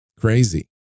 Crazy